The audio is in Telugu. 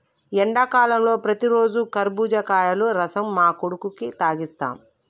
ఎండాకాలంలో ప్రతిరోజు కర్బుజకాయల రసం మా కొడుకుకి తాగిస్తాం